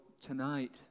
tonight